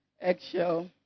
eggshell